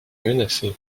menacé